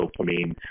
dopamine